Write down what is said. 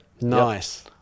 Nice